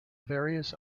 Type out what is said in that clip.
various